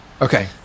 okay